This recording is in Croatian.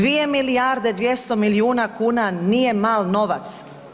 2 milijarde 200 milijuna kuna nije mal novac.